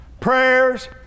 Prayers